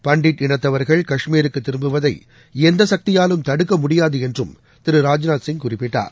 பண்டிட் இனத்தவர்கள் கஷ்மீருக்குதிரும்புவதைஎந்தசக்தியாலும் தடுக்கமுடியாதுஎன்றும் திரு ராஜ்நாத் சிங் குறிப்பிட்டார்